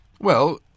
Well